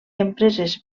empreses